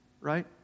right